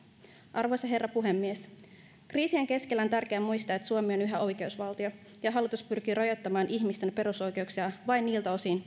arvoisa herra puhemies kriisien keskellä on tärkeä muistaa että suomi on yhä oikeusvaltio ja ja hallitus pyrkii rajoittamaan ihmisten perusoikeuksia vain niiltä osin